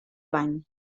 bany